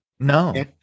No